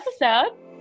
episode